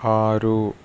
ఆరు